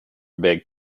big